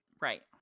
Right